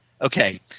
okay